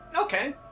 Okay